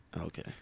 Okay